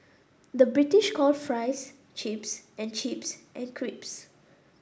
the British call fries chips and chips and crisps